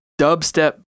dubstep